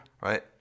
Right